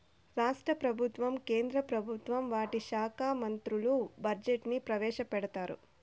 రాష్ట్ర ప్రభుత్వం కేంద్ర ప్రభుత్వం వాటి శాఖా మంత్రులు బడ్జెట్ ని ప్రవేశపెడతారు